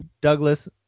Douglas